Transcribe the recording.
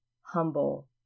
humble